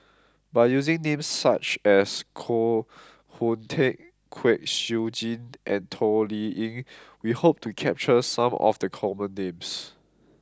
by using names such as Koh Hoon Teck Kwek Siew Jin and Toh Liying we hope to capture some of the common names